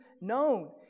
known